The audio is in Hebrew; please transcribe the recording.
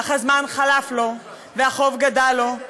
אך הזמן חלף לו, והחוב גדל לו.